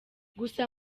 gusa